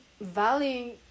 value